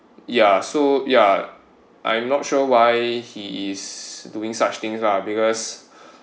ya so ya I'm not sure why he is doing such things ah because